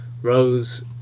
Rose